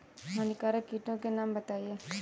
हानिकारक कीटों के नाम बताएँ?